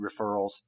referrals